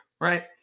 right